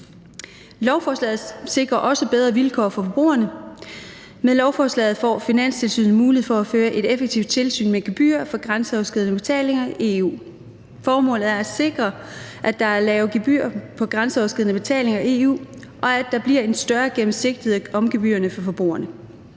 Lovforslaget sikrer også bedre vilkår for forbrugerne. Med lovforslaget får Finanstilsynet mulighed for at føre et effektivt tilsyn med gebyrer for grænseoverskridende betalinger i EU. Formålet er at sikre, at der er lave gebyrer på grænseoverskridende betalinger i EU, og at der bliver en større gennemsigtighed i forhold til gebyrerne for forbrugerne.